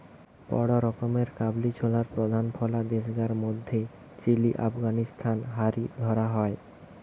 বড় রকমের কাবুলি ছোলার প্রধান ফলা দেশগার মধ্যে চিলি, আফগানিস্তান হারি ধরা হয়